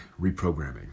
reprogramming